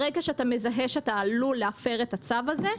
ברגע שאתה מזהה שאתה עלול להפר את הצו הזה,